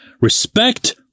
Respect